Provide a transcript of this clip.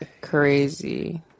Crazy